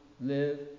live